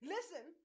Listen